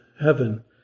heaven